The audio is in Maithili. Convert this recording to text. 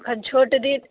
छोट दिन